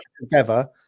together